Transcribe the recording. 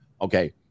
Okay